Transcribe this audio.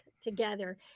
together